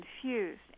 confused